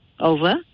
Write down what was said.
over